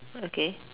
okay